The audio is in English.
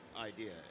idea